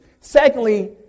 Secondly